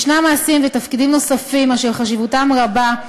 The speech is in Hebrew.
יש מעשים ותפקידים נוספים אשר חשיבותם רבה,